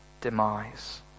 demise